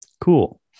cool